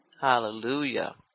Hallelujah